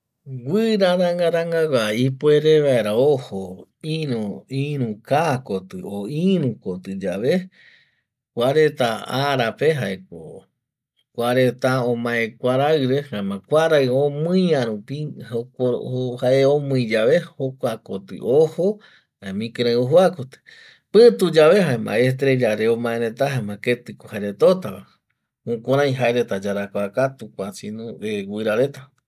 Guira ranga rangagua ipuere vaera ojo iru kaa koti o iru koti yave kua reta arape kuareta omae kuarai re jaema kuarai omuia rupi jae omui yave jokua koti ojo jaema ikirei ojoa koti pituyave jaema estrella re omaereta jaema keti ko jaereta otava jukurai jaereta yarakua katu kua guira reta